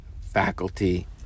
faculty